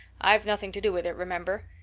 i've nothing to do with it, remember.